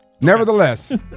Nevertheless